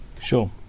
Sure